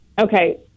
okay